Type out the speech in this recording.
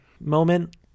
moment